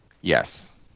yes